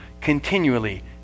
continually